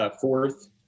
fourth